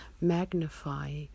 magnify